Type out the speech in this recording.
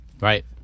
Right